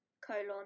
colon